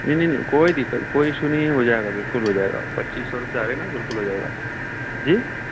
नहीं नहीं नहीं कोई दिक्कत कोई ईश्यू नहीं हो जाएगा बिलकुल हो जाएगा पच्चीस सौ रुपये ना बिलकुल हो जाएगा जी